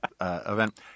event